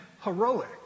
heroic